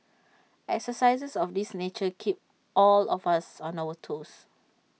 exercises of this nature keep all of us on our toes